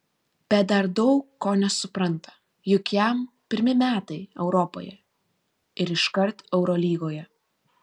bet dar daug ko nesupranta juk jam pirmi metai europoje ir iškart eurolygoje